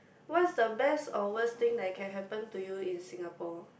what's the best or worst thing that can happen to you in Singapore